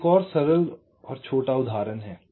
अब एक और सरल छोटा उदाहरण है